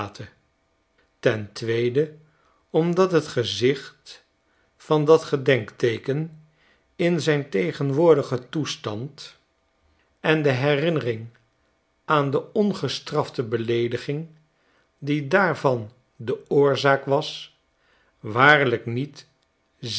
ten tweede omdat het gezicht van dat gedenkteeken in zijn tegenwoordigen toestand en de herinnering aan de ongestrafte beleediging die daarvan de oorzaak was waarlijk niet zeer